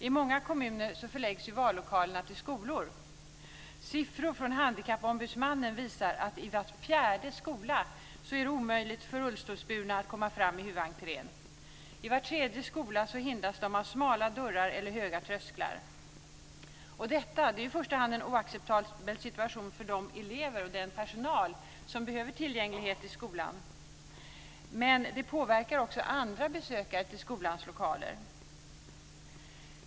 I många kommuner förläggs vallokalerna till skolor. Siffror från Handikappombudsmannen visar att det i var fjärde skola är omöjligt för rullstolsburna att komma fram i huvudentrén. I var tredje skola hindras de av smala dörrar eller höga trösklar. Detta är i första hand en oacceptabel situation för de elever och den personal som behöver tillgång till skolan, men det påverkar också andra besökare i skolans lokaler.